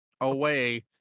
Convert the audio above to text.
away